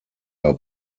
are